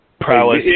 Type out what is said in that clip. prowess